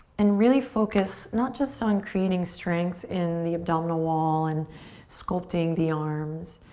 and really focus not just so on creating strength in the abdominal wall and sculpting the arms,